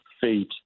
feet